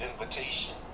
invitation